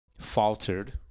faltered